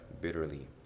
bitterly